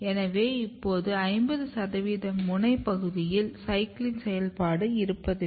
எனவே இப்போது 50 சதவிகிதம் முனை பகுதியில் CYCLIN செயல்பாடு இருப்பதில்லை